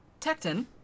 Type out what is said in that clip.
Tecton